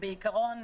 בעיקרון,